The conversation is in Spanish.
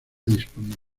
disponible